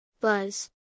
Buzz